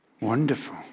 Wonderful